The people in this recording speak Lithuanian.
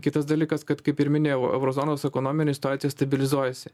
kitas dalykas kad kaip ir minėjau euro zonos ekonominė situacija stabilizuojasi